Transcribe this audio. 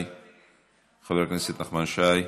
חבר הכנסת נחמן שי.